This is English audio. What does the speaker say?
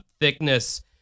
thickness